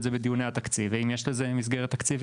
זה בדיון תקציב ואם יש לזה מסגרת תקציבית.